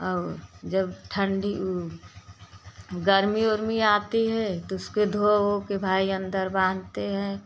और जब ठंडी उ गर्मी वर्मी आती है तो उसके धो वो कर भाई अंदर बांधते हैं